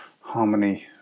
harmony